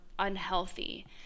unhealthy